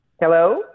Hello